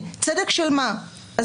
אני